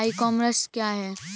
ई commerce क्या है?